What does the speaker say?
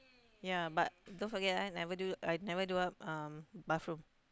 ya but don't forget ah never do I never do up um bathroom